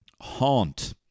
Haunt